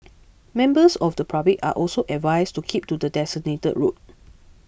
members of the public are also advised to keep to the designated route